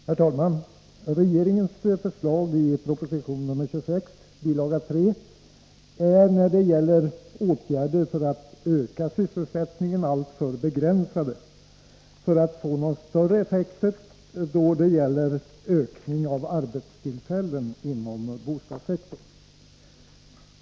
Herr talman! Regeringens förslag i proposition nr 26, bil. 3, är när det gäller åtgärder för att öka sysselsättningen alltför begränsade för att få några större effekter då det gäller ökning av antalet arbetstillfällen inom bostadssektorn.